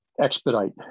expedite